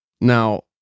Now